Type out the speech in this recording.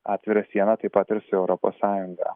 atvirą sieną taip pat ir su europos sąjunga